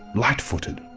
light footed.